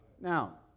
Now